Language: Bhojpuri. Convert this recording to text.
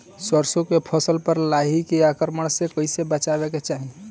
सरसो के फसल पर लाही के आक्रमण से कईसे बचावे के चाही?